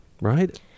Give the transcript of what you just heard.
right